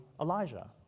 Elijah